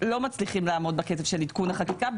מצליחים לעמוד בקצב של עדכון החקיקה,